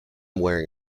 wearing